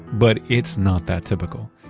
but it's not that typical.